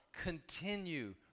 Continue